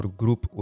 group